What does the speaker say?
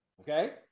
okay